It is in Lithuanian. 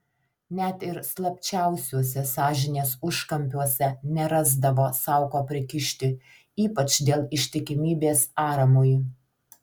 net ir slapčiausiuose sąžinės užkampiuose nerasdavo sau ko prikišti ypač dėl ištikimybės aramui